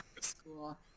school